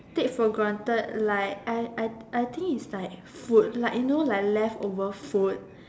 take for granted like I I I think is like food like you know like leftover food